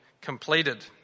completed